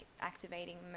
activating